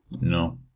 No